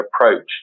approach